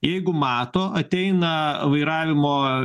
jeigu mato ateina vairavimo